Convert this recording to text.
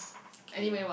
okay